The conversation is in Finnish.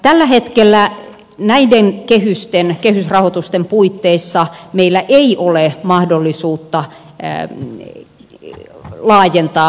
tällä hetkellä näiden kehysrahoitusten puitteissa meillä ei ole mahdollisuutta käydä ilmi pian laajentaa